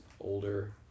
older